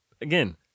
again